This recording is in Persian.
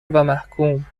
ومحکوم